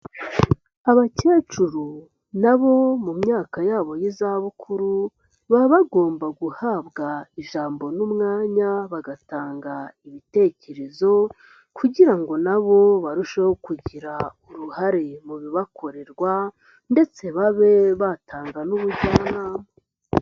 Abakecuru nabo mu myaka yabo y'izabukuru, baba bagomba guhabwa ijambo n'umwanya bagatanga ibitekerezo, kugira ngo nabo barusheho kugira uruhare mu bibakorerwa, ndetse babe batanga n'ubujyanama.